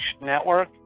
network